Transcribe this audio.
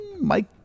Mike